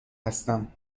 هستم